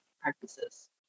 practices